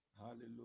Hallelujah